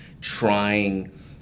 trying